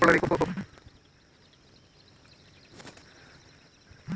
ಕೃಷಿ ಸಲಕರಣೆಗಳನ್ನು ಖರೀದಿಸುವಾಗ ಅವುಗಳ ವಾಯ್ದೆ ಮತ್ತು ದಕ್ಷತೆಯನ್ನು ಪರಿಶೀಲಿಸಿ ಕೊಂಡುಕೊಳ್ಳಬೇಕು